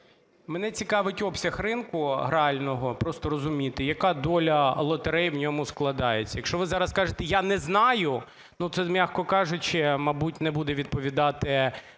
Мене цікавить обсяг ринку грального, просто розуміти, яка доля лотерей в ньому складається. Якщо ви зараз скажете, я не знаю, ну це, м'яко кажучи, мабуть, не буде відповідати